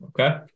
Okay